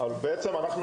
אבל למרות זאת,